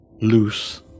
loose